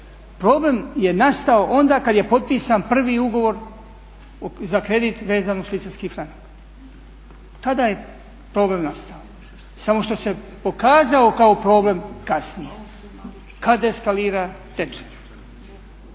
Problem je nastao onda kad je potpisan prvi ugovor za kredit vezan uz švicarski franak. Tada je problem nastao. Samo što se pokazao kao problem kasnije kad je eskalirao tečaj.